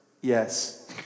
yes